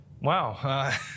wow